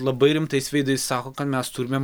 labai rimtais veidais sako kad mes turime